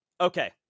Okay